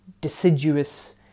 Deciduous